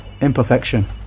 imperfection